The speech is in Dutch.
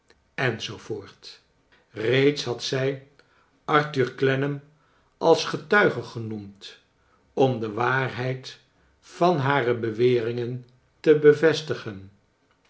enzoovoort reeds had zij arthur clennam als getnige genoemd om de waarheid van hare beweringen te bevestigen